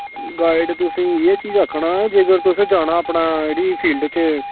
guide तुसें गी इ'यै चीज आक्खा ना अगर तुसें जाना अपनी एह्ड़ी फील्ड च